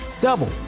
double